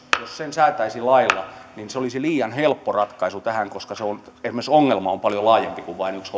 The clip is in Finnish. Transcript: jos tämän hoitajamitoituksen säätäisi lailla niin se olisi liian helppo ratkaisu tähän koska esimerkiksi ongelma on paljon laajempi kuin vain yksi